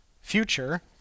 future